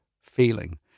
feeling